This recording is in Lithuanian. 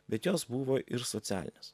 bet jos buvo ir socialinės